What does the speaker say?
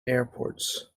airports